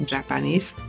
Japanese